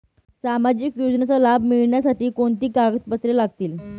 सामाजिक योजनेचा लाभ मिळण्यासाठी कोणती कागदपत्रे लागतील?